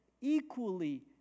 equally